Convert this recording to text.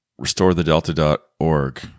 RestoreTheDelta.org